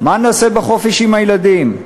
מה נעשה בחופש עם הילדים.